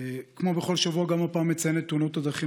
כמו בכל שבוע גם הפעם אציין את תאונות הדרכים